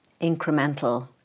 Incremental